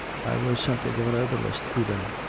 i was something of a herbalist, even.